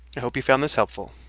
hope you found this helpful.